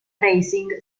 racing